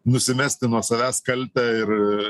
nusimesti nuo savęs kaltę ir